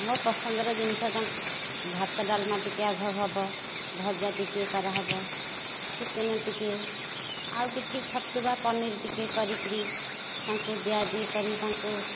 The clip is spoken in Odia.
ମୋ ପସନ୍ଦର ଜିନିଷ ତାଙ୍କୁ ଭାତ ଡାଲମା ଟିକିଏ ଆଗ ହେବ ଭଜା ଟିକିଏ କରା ହେବ ଚିକେନ ଟିକିଏ ଆଉ କିଛି ଛତୁ ବା ପନିର ଟିକେ କରିକରି ତାଙ୍କୁ ଦିଆ ଦେଇ କରିକି ତାଙ୍କୁ